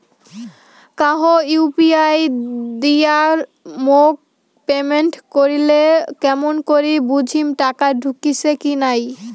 কাহো ইউ.পি.আই দিয়া মোক পেমেন্ট করিলে কেমন করি বুঝিম টাকা ঢুকিসে কি নাই?